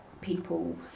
people